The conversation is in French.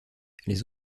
les